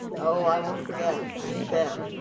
oh, i won't forget, you bet.